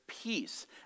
Peace